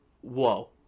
whoa